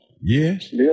yes